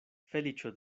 feliĉo